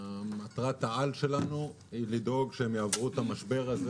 מטרת-העל שלנו היא לדאוג שהם יעברו את המשבר הזה.